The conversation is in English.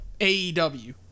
AEW